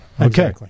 okay